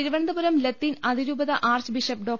തിരുവനന്തപുരം ലത്തീൻ അതിരൂപത archbishop ഡോ